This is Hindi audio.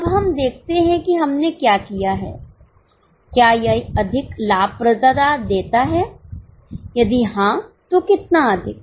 अब हम देखते हैं कि हमने क्या किया है क्या यह अधिक लाभप्रदता देता है यदि हाँ तो कितना अधिक